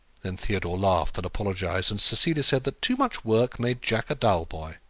then theodore laughed and apologized, and cecilia said that too much work made jack a dull boy